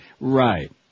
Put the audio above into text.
Right